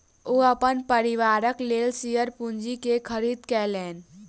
ओ अपन परिवारक लेल शेयर पूंजी के खरीद केलैन